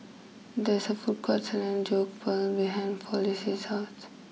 there is a food court selling Jokbal behind Flossie's house